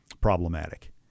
problematic